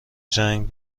جنگ